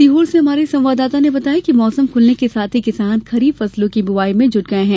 सीहोर से हमारे संवाददाता ने बताया है कि मौसम खुलने के साथ ही किसान खरीब फसलों के बुवाई में जुट गये हैं